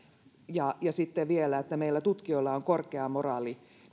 ja ja sitten vielä että meillä tutkijoilla on korkea moraali